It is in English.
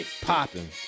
Popping